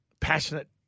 passionate